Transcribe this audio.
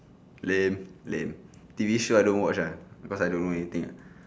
lame lame T_V show I don't watch ah cause I don't know anything uh